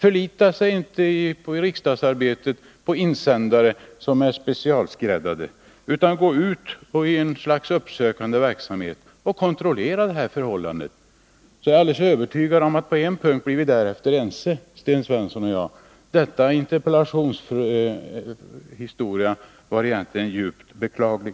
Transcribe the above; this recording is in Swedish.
Förlita er i riksdagsarbetet inte på insändare som är specialskräddade, utan gå ut i ett slags uppsökande verksamhet och kontrollera förhållandena! Jag är helt övertygad om att Sten Svensson och jag därefter blir ense på en punkt: den här interpellationen var egentligen djupt beklaglig.